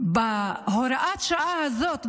בהוראת השעה הזאת,